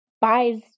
buys